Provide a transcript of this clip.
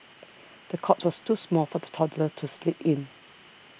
the cot was too small for the toddler to sleep in